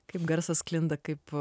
kaip garsas sklinda kaip